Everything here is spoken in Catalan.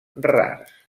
rars